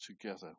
together